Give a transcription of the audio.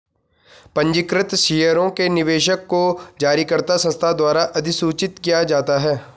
पंजीकृत शेयरों के निवेशक को जारीकर्ता संस्था द्वारा अधिसूचित किया जाता है